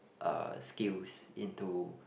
uh skills into